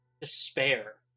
despair